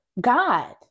God